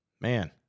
Man